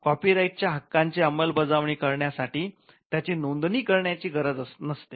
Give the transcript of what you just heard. copy right च्या हक्कांची अंमलबजावणी करण्या साठी त्याची नोंदणी करण्याची गरज नसते